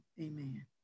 Amen